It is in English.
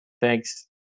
Thanks